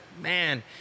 man